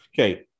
Okay